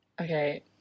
Okay